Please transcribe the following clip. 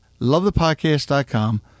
lovethepodcast.com